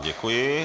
Děkuji.